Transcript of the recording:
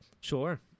Sure